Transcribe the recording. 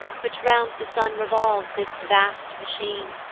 which round the sun revolves this vast machine,